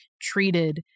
treated